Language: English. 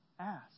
ask